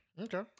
Okay